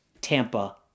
Tampa